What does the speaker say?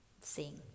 sing